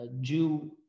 Jew